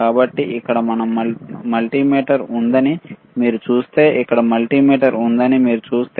కాబట్టి ఇక్కడ మల్టీమీటర్ ఉందని మీరు చూస్తే ఇక్కడ మల్టీమీటర్ ఉందని మీరు చూస్తే